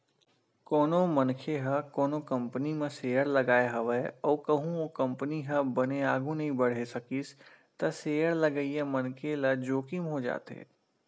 कोनो मनखे ह कोनो कंपनी म सेयर लगाय हवय अउ कहूँ ओ कंपनी ह बने आघु नइ बड़हे सकिस त सेयर लगइया मनखे ल जोखिम हो जाथे